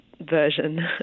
version